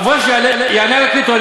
אברך שיענה על הקריטריון,